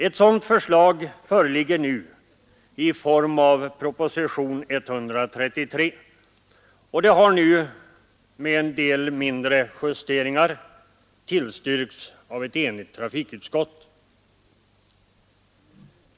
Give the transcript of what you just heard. Ett sådant förslag föreligger nu i form av propositionen 133 och det har — med en del mindre justeringar — tillstyrkts av ett enigt trafikutskott.